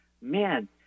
man